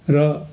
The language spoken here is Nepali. र